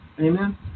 Amen